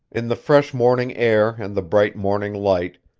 in the fresh morning air and the bright morning light,